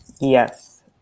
Yes